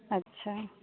अच्छा